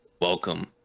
Welcome